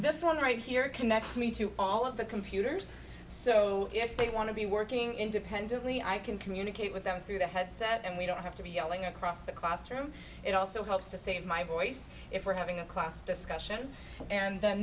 this one right here connection me to all of the computers so if they want to be working independently i can communicate with them through the headset and we don't have to be yelling across the classroom it also helps to save my voice if we're having a class discussion and then